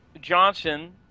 Johnson